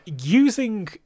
using